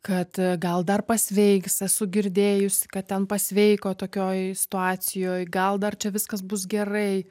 kad gal dar pasveiks esu girdėjusi kad ten pasveiko tokioj situacijoj gal dar čia viskas bus gerai